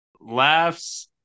laughs